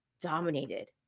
dominated